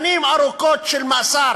שנים ארוכות של מאסר?